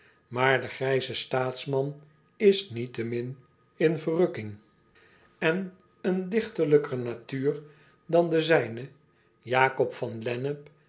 aar de grijze staatsman is niettemin in verrukking acobus raandijk andelingen door ederland met pen en potlood eel n een dichterlijker natuur dan de zijne